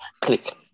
click